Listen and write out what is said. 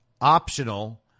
Optional